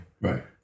Right